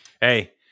Hey